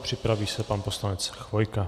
Připraví se pan poslanec Chvojka.